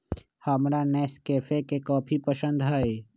हमरा नेस्कैफे के कॉफी पसंद हई